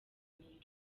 ibiganiro